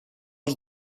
els